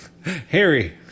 harry